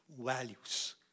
values